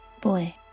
Boy